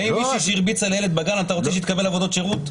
האם אתה רוצה שמישהי שהרביצה לילד בגן תקבל עבודות שירות?